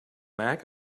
mac